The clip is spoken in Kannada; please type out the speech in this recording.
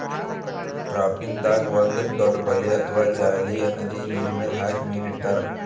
ಟ್ರಾಪಿಂಗ್ದಾಗ್ ಒಂದ್ ದೊಡ್ಡ್ ಬಲೆ ಅಥವಾ ಜಾಲಿ ನದಿ ನೀರ್ಮೆಲ್ ಹಾಕಿ ಮೀನ್ ಹಿಡಿತಾರ್